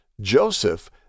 Joseph